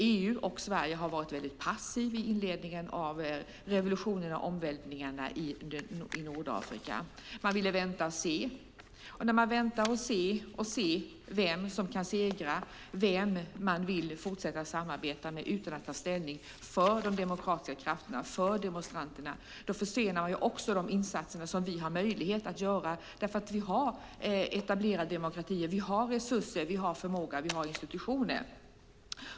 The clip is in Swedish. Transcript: EU och Sverige har varit passiva i inledningen av revolutionerna och omvälvningarna i Nordafrika. Man ville vänta och se. När man väntar för att se vem som segrar och vem man vill fortsätta att samarbeta med utan att ta ställning för de demokratiska krafterna och demonstranterna försenas de insatser som vi har möjlighet att göra eftersom vi har etablerade demokratier. Vi har resurser, förmåga och institutioner.